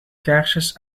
kaarsjes